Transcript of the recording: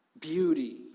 Beauty